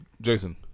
Jason